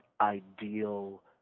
ideal